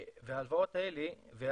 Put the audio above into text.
אני